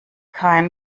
kein